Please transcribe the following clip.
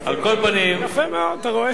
יפה מאוד, אתה רואה?